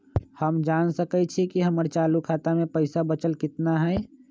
हम जान सकई छी कि हमर चालू खाता में पइसा बचल कितना हई